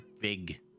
big